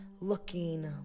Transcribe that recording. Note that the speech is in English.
looking